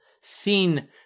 seen